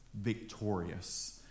victorious